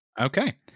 Okay